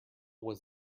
was